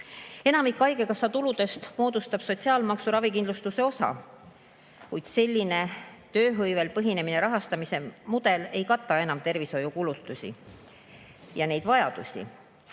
haigekassa tuludest moodustab sotsiaalmaksu ravikindlustuse osa. Kuid selline tööhõivel põhinev rahastamise mudel ei kata enam tervishoiukulutusi ega neid vajadusi.